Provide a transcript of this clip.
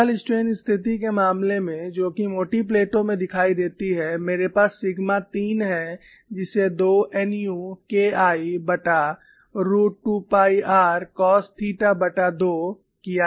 समतल स्ट्रेन स्थिति के मामले में जो कि मोटी प्लेटों में दिखाई देती है मेरे पास सिग्मा 3 है जिसे 2 nu KIरूट 2 पाई r cos थीटा2 किया गया है